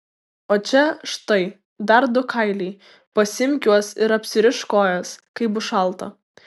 o čia štai dar du kailiai pasiimk juos ir apsirišk kojas kai bus šalta